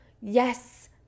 yes